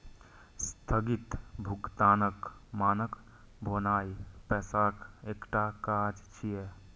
स्थगित भुगतानक मानक भेनाय पैसाक एकटा काज छियै